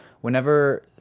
whenever